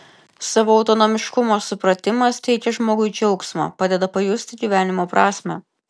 savo autonomiškumo supratimas teikia žmogui džiaugsmą padeda pajusti gyvenimo prasmę